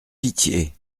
pitié